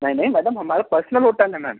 नहीं नहीं मैडम हमारा पर्सनल होटल है मैम